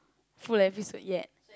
full episode yet